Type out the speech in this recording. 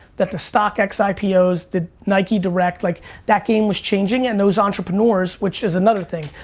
that the stock x ipo's, the nike direct, like that game was changing, and those entrepreneurs, which is another thing,